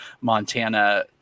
Montana